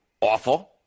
Awful